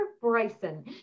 Bryson